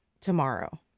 tomorrow